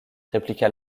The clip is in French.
répliqua